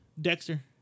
Dexter